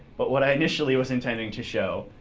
but what i initially was intending to show